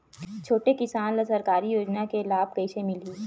छोटे किसान ला सरकारी योजना के लाभ कइसे मिलही?